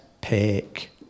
pick